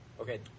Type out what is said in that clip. okay